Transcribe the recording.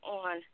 on